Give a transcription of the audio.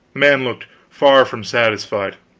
man looked far from satisfied.